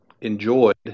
enjoyed